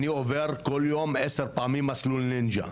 אני עובר בכל יום עשר פעמים מסלול נינג'ה.